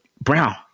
Brown